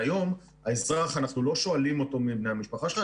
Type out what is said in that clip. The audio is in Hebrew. והיום אנחנו לא שואלים את האזרח מי בני המשפחה שלו,